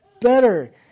better